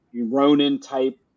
Ronin-type